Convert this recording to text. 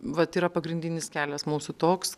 vat yra pagrindinis kelias mūsų toks